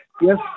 Yes